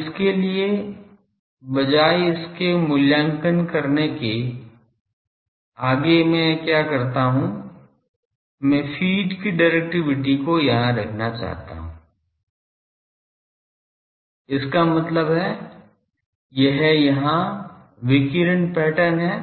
अब इसके लिए बजाय इसका मूल्यांकन करने के आगे मैं क्या करता हूं मैं फ़ीड की डिरेक्टिविटी को यहां रखना चाहता हूं इसका मतलब है यह यहां विकिरण पैटर्न है